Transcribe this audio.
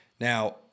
Now